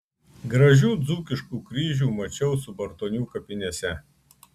gražių dzūkiškų kryžių mačiau subartonių kapinėse